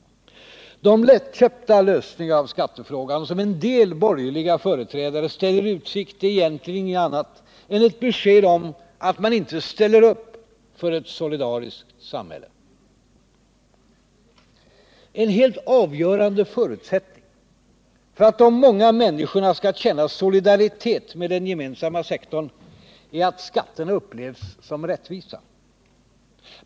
De lättköpta lösningar av skattefrågan som en del borgerliga företrädare ställer i utsikt är egentligen inget annat än ett besked om att man inte ställer upp för ett solidariskt samhälle. En helt avgörande förutsättning för att de många människorna skall känna solidaritet med den gemensamma sektorn är att skatterna upplevs som rättvisa.